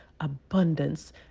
abundance